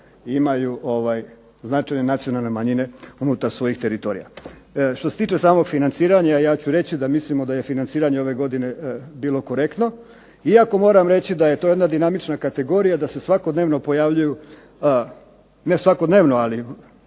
imaju značajne nacionalne manjine unutar svojih teritorija. Što se tiče samog financiranja ja ću reći da mislimo da je financiranje ove godine bilo korektno. Iako moram reći da je to jedna dinamična kategorija, da se svakodnevno pojavljuju, ne svakodnevno, ali